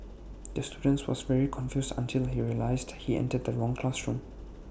the student was very confused until he realised he entered the wrong classroom